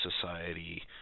society